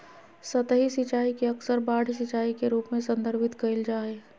सतही सिंचाई के अक्सर बाढ़ सिंचाई के रूप में संदर्भित कइल जा हइ